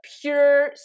pure